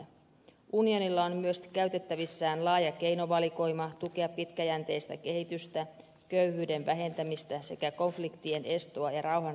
unionilla on myös käytettävissään laaja keinovalikoima tukea pitkäjänteistä kehitystä köyhyyden vähentämistä sekä konfliktien estoa ja rauhan rakentamista